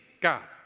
God